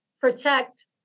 protect